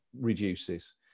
reduces